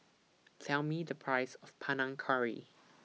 Tell Me The Price of Panang Curry